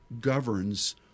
governs